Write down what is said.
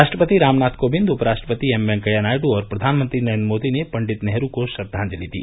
राष्ट्रपति रामनाथ कोविंद उप राष्ट्रपति एम वेंकैया नायडू और प्रधानमंत्री नरेंद्र मोदी ने पंडित नेहरू को श्रद्वांजलि दी